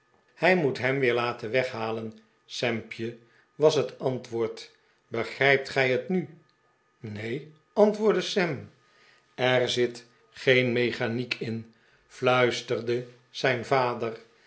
hij moet hem weer laten weghalen sampje was het antwoord begrijpt gij het nu neen antwoordde sam er zit geen mechaniek in fluisterde zijn vader